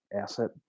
asset